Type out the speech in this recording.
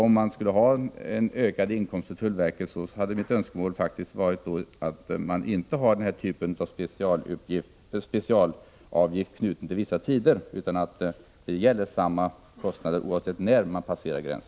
Om man skall se till att tullverket får ökade inkomster, hade mitt önskemål faktiskt varit att den speciella avgiften inte skulle knytas till vissa tider utan att samma avgift skulle tas ut oavsett när gränsen passeras.